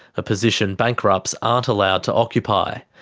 a position bankrupts aren't allowed to occupy.